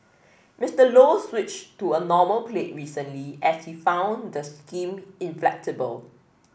Mister Low switched to a normal plate recently as he found the scheme inflexible